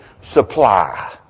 supply